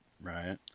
Right